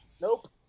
Nope